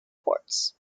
ports